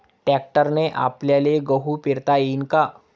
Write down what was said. ट्रॅक्टरने आपल्याले गहू पेरता येईन का?